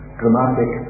dramatic